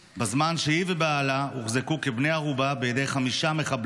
בזמן שהיא ובעלה הוחזקו כבני ערובה בידי חמישה מחבלים,